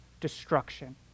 destruction